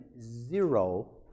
zero